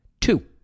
Two